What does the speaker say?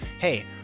hey